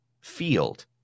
field